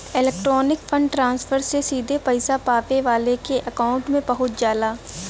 electronic fund transfer से सीधे पइसा पावे वाले के अकांउट में पहुंच जाला